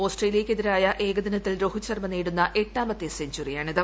ഓസ്ട്രേലിയക്കെതിരായ ഏകദിനത്തിൽ രോഹിത് ശർമ്മ നേടുന്ന എട്ടാമത്തെ സെഞ്ചറിയാണിത്